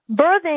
birthing